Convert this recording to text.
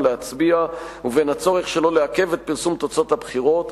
להצביע ובין הצורך שלא לעכב את פרסום תוצאות הבחירות,